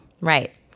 Right